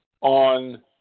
on